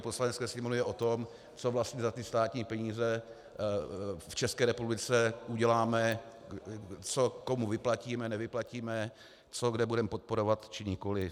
Poslanecké sněmovny je o tom, co vlastně za ty státní peníze v České republice uděláme, co komu vyplatíme, nevyplatíme, co kde budeme podporovat, či nikoliv.